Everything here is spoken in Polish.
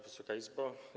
Wysoka Izbo!